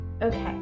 Okay